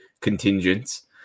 contingents